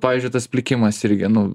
pavyzdžiui tas plikimas irgi nu